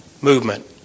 Movement